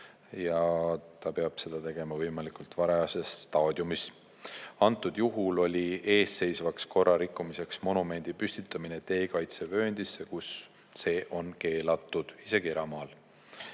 ja ta peab seda tegema võimalikult varajases staadiumis. Antud juhul oli eesseisvaks korrarikkumiseks monumendi püstitamine tee kaitsevööndisse, kus see on keelatud, isegi eramaal.